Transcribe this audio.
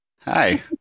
hi